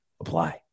Apply